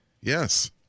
Yes